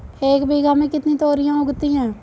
एक बीघा में कितनी तोरियां उगती हैं?